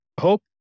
Hope